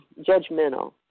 judgmental